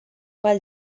pel